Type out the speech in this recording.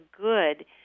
good